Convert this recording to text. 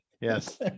Yes